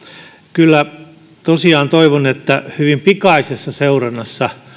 kyllä tosiaan toivon että hyvin pikaisessa seurannassa